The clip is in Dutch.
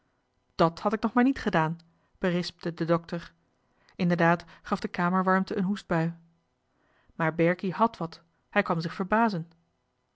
dàt had ik nog maar niet gedaan berispte de dokter inderdaad gaf de kamerwarmte een hoestbui maar berkie hàd wat hij kwam zich verbazen